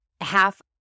Half